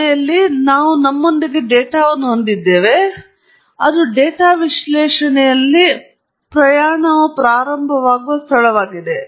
ಕೊನೆಯಲ್ಲಿ ನಾವು ನಮ್ಮೊಂದಿಗೆ ಡೇಟಾವನ್ನು ಹೊಂದಿದ್ದೇವೆ ಮತ್ತು ಅದು ಡೇಟಾ ವಿಶ್ಲೇಷಣೆಯಲ್ಲಿ ಪ್ರಯಾಣವು ಪ್ರಾರಂಭವಾಗುವ ಸ್ಥಳವಾಗಿದೆ